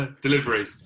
Delivery